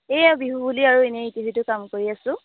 এইয়া বিহু বুলি আৰু এনেই ইতি সিটো কাম কৰি আছোঁ